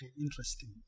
Interesting